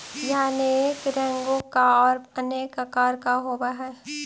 यह अनेक रंगों का और अनेक आकार का होव हई